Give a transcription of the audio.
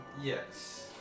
Yes